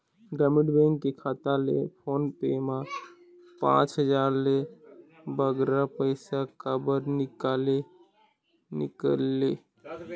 ग्रामीण बैंक के खाता ले फोन पे मा पांच हजार ले बगरा पैसा काबर निकाले निकले?